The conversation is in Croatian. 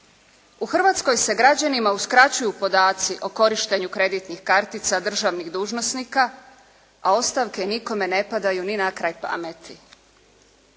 U Hrvatskoj se građanima uskraćuju podaci o korištenju kreditnih kartica državnih dužnosnika, a ostavke nikome ne padaju ni na kraj pameti.